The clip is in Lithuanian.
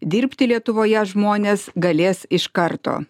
dirbti lietuvoje žmonės galės iš karto